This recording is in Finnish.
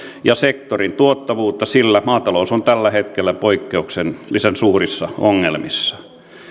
ja sektorin tuottavuutta sillä maatalous on tällä hetkellä poikkeuksellisen suurissa ongelmissa